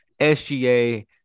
SGA